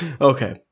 Okay